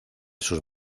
sus